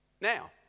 Now